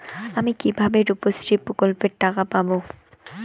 আমি কিভাবে রুপশ্রী প্রকল্পের টাকা পাবো?